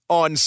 on